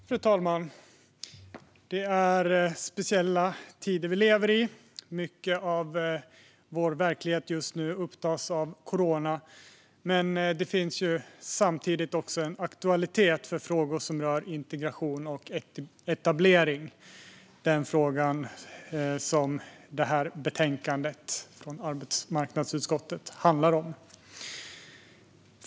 Fru talman! Det är speciella tider vi lever i. Mycket av vår verklighet upptas just nu av corona, men det finns samtidigt en aktualitet för frågor som rör integration och etablering, det område som detta betänkande från arbetsmarknadsutskottet handlar om.